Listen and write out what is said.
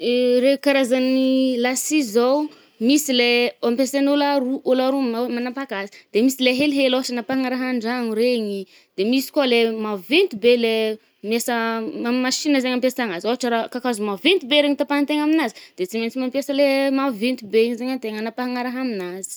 Reo karazan’ny la scie zaoo, misy le ampesaign’ôlo aroa, ôlo aroa no manao manapaka azy. De misy le helihely ôhatriny ampanarahan-dragno regny. De misy koà le maventy be le, amin-ny machine zaigny ampiasagna azy. Ohatra raha kakazo maventy tapahantegna aminazy, de tsy maitsy mampiasa le maventy be izaigny antegna anapahagna rahaha aminazy.